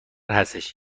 هستش